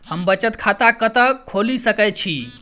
हम बचत खाता कतऽ खोलि सकै छी?